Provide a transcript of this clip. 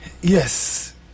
Yes